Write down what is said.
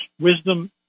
wisdom